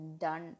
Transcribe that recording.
done